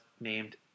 named